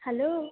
hello